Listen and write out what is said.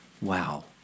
Wow